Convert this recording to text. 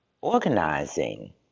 organizing